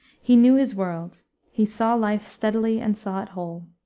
he knew his world he saw life steadily and saw it whole.